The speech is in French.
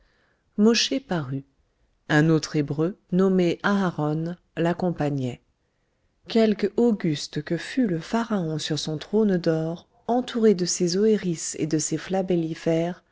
parut un autre hébreu nommé aharon l'accompagnait quelque auguste que fût le pharaon sur son trône d'or entouré de ses oëris et de ses flabellifères